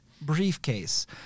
briefcase